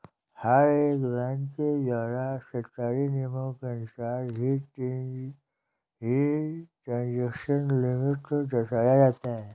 हर एक बैंक के द्वारा सरकारी नियमों के अनुसार ही ट्रांजेक्शन लिमिट को दर्शाया जाता है